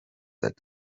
that